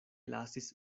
lasis